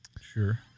Sure